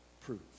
proof